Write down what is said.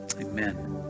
Amen